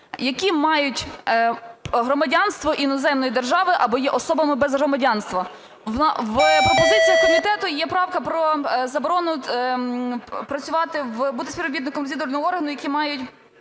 які мають громадянство іноземної держави або є особами без громадянства. Пропозицією комітету є правка про заборону бути співробітником розвідувального органу, які мають